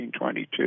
1922